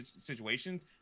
situations